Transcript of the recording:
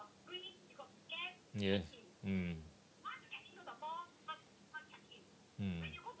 yes mm mm